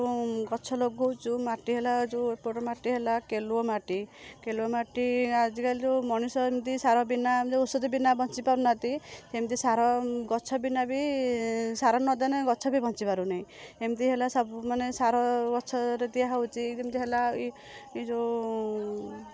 ଆମର ଯୋଉ ଗଛ ଲଗଉଛୁ ମାଟି ହେଲା ଯୋଉ ଏପଟ ମାଟି ହେଲା କେଲୁଅ ମାଟି କେଲୁଅ ମାଟି ଆଜିକାଲି ଯୋଉ ମଣିଷ ଏମିତି ସାର ବିନା ଯୋଉ ଔଷଧ ବିନା ବଞ୍ଚିପାରୁ ନାହାନ୍ତି ସେମିତି ସାର ଗଛ ବିନା ବି ସାର ନଦେନେ ଗଛ ବି ବଞ୍ଚି ପାରୁନି ଏମିତି ହେଲା ସବୁ ମାନେ ସାର ଗଛରେ ଦିଆହେଉଛି ଯେମିତି ହେଲା ଏ ଯୋଉ